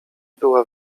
była